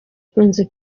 ikunze